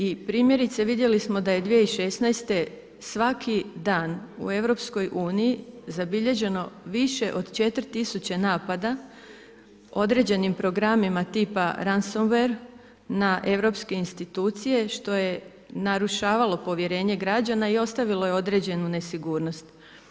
I primjerice, vidjeli smo da je 2016. svaki dan u EU zabilježeno više od 4000 napada određenim programima tipa Ransomware na europske institucije što je narušavalo povjerenje građana i ostavilo je određenu nesigurnost.